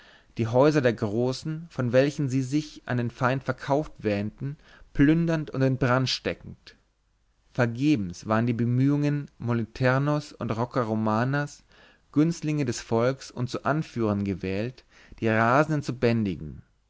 die häuser der großen von welchen sie sich an den feind verkauft wähnten plündernd und in brand steckend vergebens waren die bemühungen moliternos und rocca romanas günstlinge des volks und zu anführern gewählt die rasenden zu bändigen